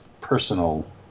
personal